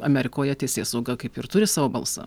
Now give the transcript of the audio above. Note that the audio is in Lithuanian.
amerikoje teisėsauga kaip ir turi savo balsą